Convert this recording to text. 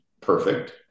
Perfect